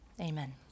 amen